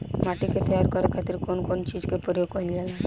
माटी के तैयार करे खातिर कउन कउन चीज के प्रयोग कइल जाला?